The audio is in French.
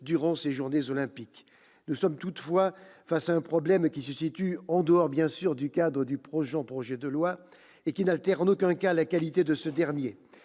durant ces journées olympiques. Nous sommes toutefois face à un problème qui se situe en dehors du cadre du présent projet de loi, et qui n'altère en aucun cas la qualité de ce dernier.